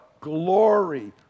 glory